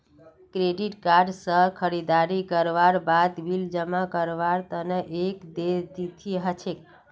credit card स खरीददारी करवार बादे बिल जमा करवार तना एक देय तिथि ह छेक